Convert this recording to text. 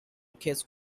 case